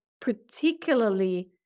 particularly